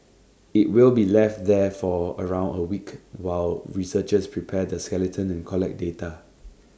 IT will be left there for around A week while researchers prepare the skeleton and collect data